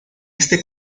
este